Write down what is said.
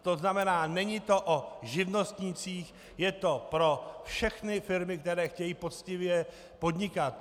To znamená, není to o živnostnících, je to pro všechny firmy, které chtějí poctivě podnikat.